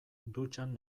dutxan